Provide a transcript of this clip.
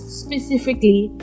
specifically